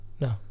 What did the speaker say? No